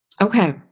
Okay